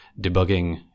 debugging